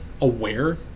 aware